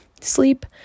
sleep